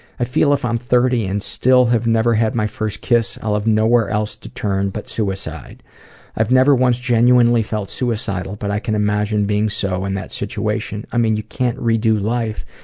i feel if i'm thirty and still have never had my first kiss, i'll have no one else to turn but i've never once genuinely felt suicidal but i can imagine being so in that situation. i mean, you can't redo life.